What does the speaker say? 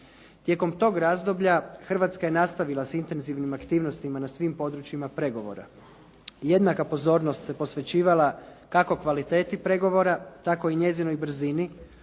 Tijekom tog razdoblja Hrvatska je nastavila s intenzivnim aktivnostima na svim područjima pregovora. Jednaka pozornost se posvećivala kako kvaliteti pregovora tako i njezinoj brzini